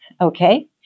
okay